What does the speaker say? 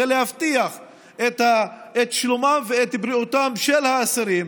כדי להבטיח את שלומם ואת בריאותם של האסירים